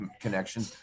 connection